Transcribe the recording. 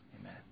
Amen